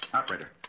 Operator